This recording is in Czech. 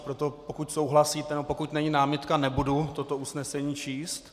Proto pokud souhlasíte nebo pokud není námitka, nebudu toto usnesení číst.